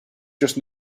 just